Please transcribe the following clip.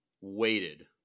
waited